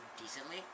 decently